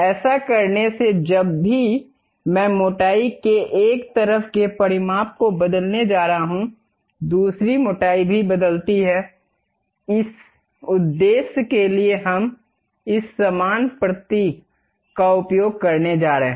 ऐसा करने से जब भी मैं मोटाई के एक तरफ के परिमाप को बदलने जा रहा हूं दूसरी मोटाई भी बदलती है इस उद्देश्य के लिए हम इस समान प्रतीक का उपयोग करने जा रहे हैं